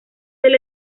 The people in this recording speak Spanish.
del